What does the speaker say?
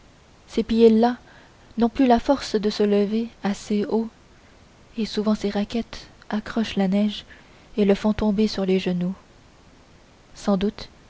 pieds las n'ont plus la force de se lever assez haut et souvent ses raquettes accrochent la neige et le font tomber sur les genoux sans doute